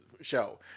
show